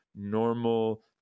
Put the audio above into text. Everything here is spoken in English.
normal